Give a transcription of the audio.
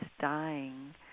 dying